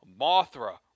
Mothra